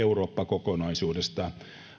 kokonaisuudessaan